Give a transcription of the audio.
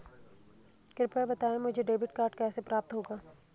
कृपया बताएँ मुझे डेबिट कार्ड कैसे प्राप्त होगा?